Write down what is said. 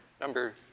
Number